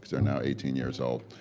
they're now eighteen years old.